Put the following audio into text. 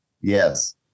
Yes